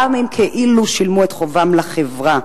גם אם כאילו שילמו את חובם לחברה.